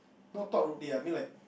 not talk rudely I mean like